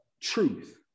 truth